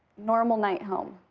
normal night home,